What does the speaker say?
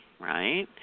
right